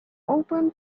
open